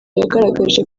yagaragaje